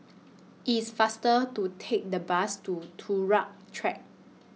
IT IS faster to Take The Bus to Turut Track